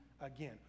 again